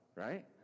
right